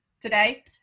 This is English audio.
today